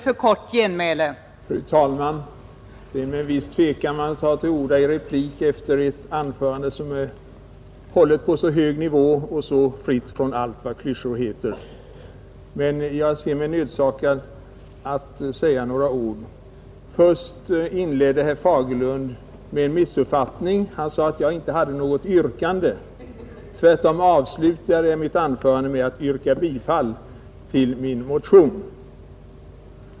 Fru talman! Det är med en viss tvekan man tar till orda omedelbart efter ett anförande som hållits på så hög nivå och så fritt från allt vad klyschor heter. Jag ser mig emellertid nödsakad att säga några ord. Herr Fagerlund inledde sitt anförande med en missuppfattning. Han sade att jag inte hade något yrkande. Tvärtom avslutade jag mitt anförande med att yrka bifall till min motion.